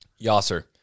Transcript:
yasser